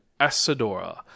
Asadora